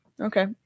Okay